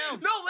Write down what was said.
no